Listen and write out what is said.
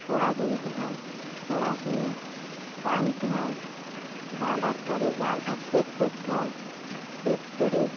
কড়া কিনতে হয় কড়া কিনে বাঁধতে হয় বাঁধার পরে জালটা সেট করতে হয় সেট করে